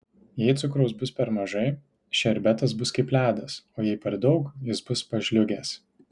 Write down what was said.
jei cukraus bus per mažai šerbetas bus kaip ledas o jei per daug jis bus pažliugęs